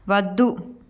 వద్దు